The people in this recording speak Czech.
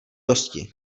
dosti